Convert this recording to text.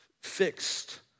fixed